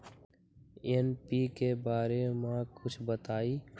NPK बारे म कुछ बताई?